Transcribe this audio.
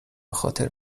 بخاطر